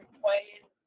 playing